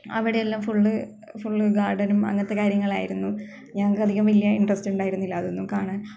അവിടെയെല്ലാം full full ഗാര്ഡനും അങ്ങനത്തെ കാര്യങ്ങളായിരുന്നു ഞങ്ങൾക്ക് അധികം വലിയ ഇന്ട്രസ്റ്റ് ഉണ്ടായിരുന്നില്ല അതൊന്നും കാണാന്